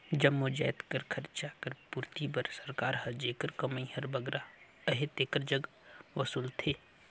जम्मो जाएत कर खरचा कर पूरती बर सरकार हर जेकर कमई हर बगरा अहे तेकर जग कर वसूलथे